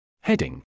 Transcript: Heading